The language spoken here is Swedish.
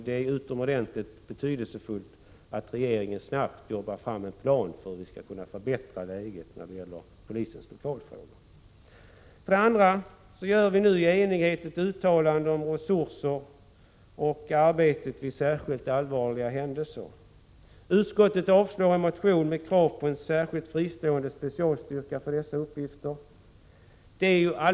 Det är mycket betydelsefullt att regeringen snabbt utarbetar en plan för hur läget skall kunna förbättras när det gäller polisens lokalfrågor. Det andra är att vi nu i enighet gör ett uttalande om resurserna och arbetet vid särskilt allvarliga händelser. Utskottet avstyrker en motion med krav på en särskild fristående specialstyrka för dessa uppgifter.